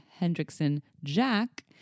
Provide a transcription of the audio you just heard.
Hendrickson-Jack